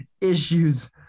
issues